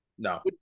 No